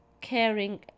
caring